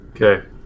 Okay